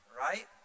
right